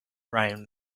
round